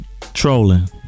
trolling